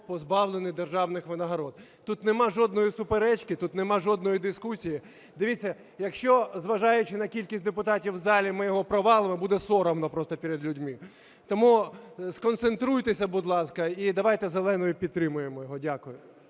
позбавлений державних винагород. Тут немає жодної суперечки, тут немає жодної дискусії. Дивіться, якщо зважаючи на кількість депутатів в залі, ми його провалимо, будемо соромно просто перед людьми. Тому сконцентруйтеся, будь ласка, і давайте зеленою підтримаємо його. Дякую.